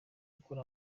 ukora